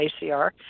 acr